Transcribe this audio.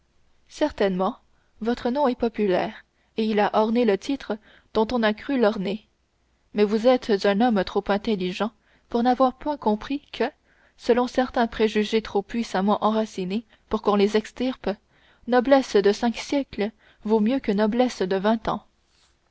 certainement votre nom est populaire et il a orné le titre dont on a cru l'orner mais vous êtes un homme trop intelligent pour n'avoir point compris que selon certains préjugés trop puissamment enracinés pour qu'on les extirpe noblesse de cinq siècles vaut mieux que noblesse de vingt ans